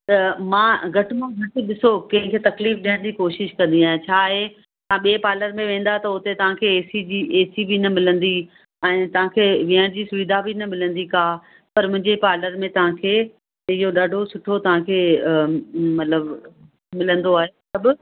त मां घटि मां घटि ॾिसो कंहिंखे तकलीफ़ ॾियण जी कोशिशि कंदी आहियां छा आहे तव्हां ॿिए पार्लर में वेंदा त उते तव्हांखे एसी जी एसी बि न मिलंदी ऐं तव्हांखे हिनजी सुविधा बि न मिलंदी का पर मुंहिजे पार्लर में तव्हांखे इहो ॾाढो सुठो तव्हांखे मतिलबु मिलंदो आहे सभु